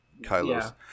Kylos